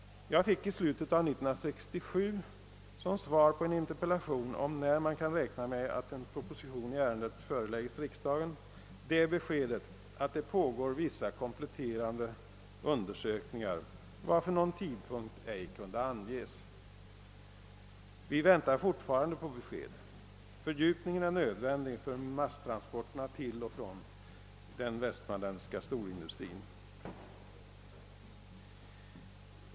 Jag fick i slutet av 1967 som svar på en interpellation om när man kan räkna med att en proposition i ärendet förelägges riksdagen beskedet, att det pågår vissa kompletterande undersökningar varför någon tidpunkt ej kunde anges. Vi väntar fortfarande på besked. Fördjupningen är nödvändig för masstransporterna till och från den västmanländska storindustrin.